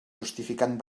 justificant